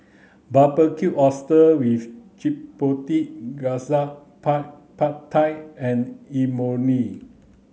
Barbecued Oysters with Chipotle Glaze Pad Pad Thai and Imoni